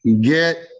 get